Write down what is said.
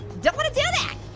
don't want to do that!